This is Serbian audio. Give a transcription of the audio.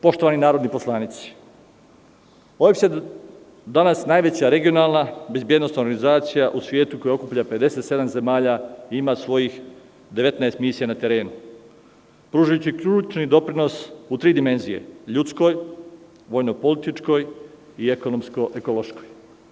Poštovani narodni poslanici, ovim se danas najveća regionalna bezbednosna organizacija u svetu, koja okuplja 57 zemalja i ima svojih 19 misija na terenu, pružajući ključni doprinos u tri dimenzije – ljudskoj, vojno-političkoj i ekonomsko-ekološkoj.